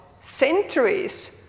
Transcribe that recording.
centuries